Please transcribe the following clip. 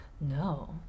no